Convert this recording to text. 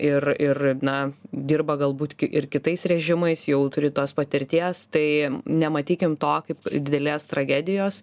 ir ir na dirba galbūt ir kitais režimais jau turi tos patirties tai nematykim to kaip didelės tragedijos